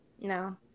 No